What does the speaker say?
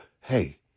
hey